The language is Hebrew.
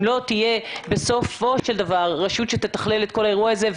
אם לא תהיה בסופו של דבר רשות שתתכלל את כל האירוע הזה,